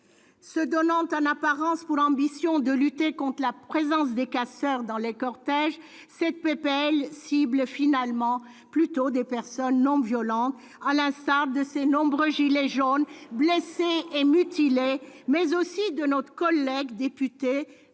Se donnant en apparence pour ambition de lutter contre la présence des casseurs dans les cortèges, cette proposition de loi cible finalement plutôt des personnes non violentes, à l'instar de ces nombreux « gilets jaunes »,... Non !... blessés et mutilés, mais aussi de notre collègue député